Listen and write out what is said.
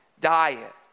diet